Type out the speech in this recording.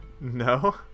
no